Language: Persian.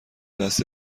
دست